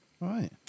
Right